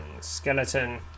Skeleton